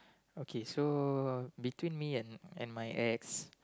okay so between me and and my ex